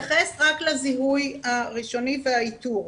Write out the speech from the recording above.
אני אתייחס רק לזיהוי הראשוני והאיתור.